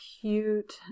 cute